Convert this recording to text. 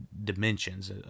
dimensions